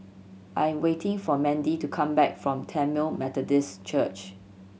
I am waiting for Mandy to come back from Tamil Methodist Church